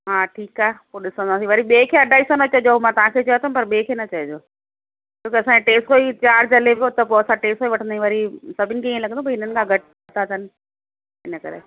हा ठीकु आहे पोइ ॾिसंदासीं वरी ॿिए खे अढाई सौ न चइजो हू मां तव्हांखे चयो अथम पर ॿिए खे न चइजो छो त असांजो टे सौ ई चार्ज हले पियो त पोइ असां टे सौ ई वठंदा आहियूं वरी सभिनि खे ईंअ लॻंदो भई हिननि खां घटि वता अथन इन करे